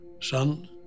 Son